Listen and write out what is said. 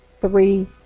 three